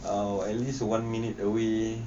or at least one minute away